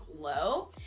glow